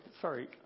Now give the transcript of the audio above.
sorry